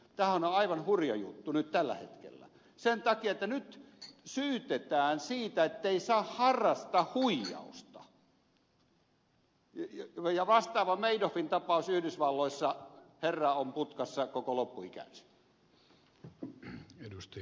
tämähän on aivan hurja juttu nyt tällä hetkellä sen takia että nyt syytetään siitä ettei saa harrastaa huijausta ja vastaavassa tapauksessa madoffin tapauksessa yhdysvalloissa herra on putkassa koko loppuikänsä